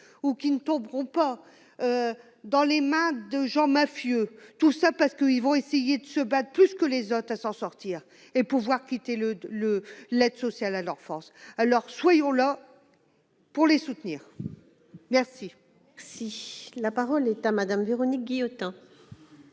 ou qui ne tomberont pas dans les mains de gens mafieux, tout ça parce que ils vont essayer de se battre plus que les autres à s'en sortir et pouvoir quitter le le l'aide sociale à l'enfance, alors soyons là pour les soutenir. Merci,